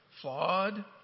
Flawed